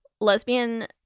lesbian